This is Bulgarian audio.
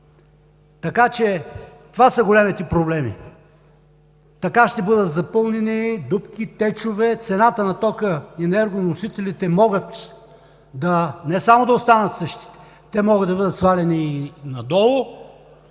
села. Това са големите проблеми. Така ще бъдат запълнени дупки, течове. Цената на тока и енергоносителите могат не само да останат същите, те могат да бъдат сваляни и надолу,